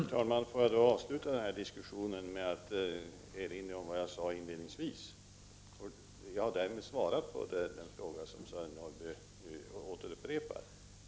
Herr talman! Jag avslutar diskussionen med att erinra om vad jag sade inledningsvis. Därmed har jag svarat på den fråga som Sören Norrby nu upprepar.